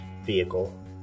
vehicle